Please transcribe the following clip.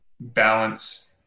balance